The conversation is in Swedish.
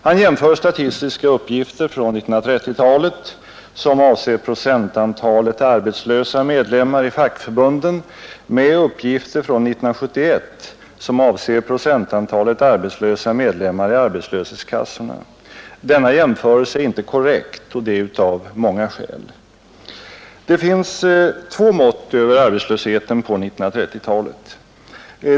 Han jämför statistiska uppgifter från 1930-talet, som avser procentantalet arbetslösa medlemmar i fackförbunden, med uppgifter från 1971, som avser procentantalet arbetslösa medlemmar i arbetslöshetskassorna. Denna jämförelse är inte korrekt, och det av många skäl. Det finns två mått på arbetslösheten under 1930-talet.